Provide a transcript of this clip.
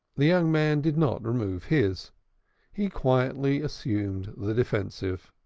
the young man did not remove his he quietly assumed the defensive.